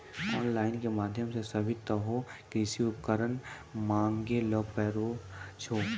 on line के माध्यम से भी तोहों कृषि उपकरण मंगाय ल पारै छौ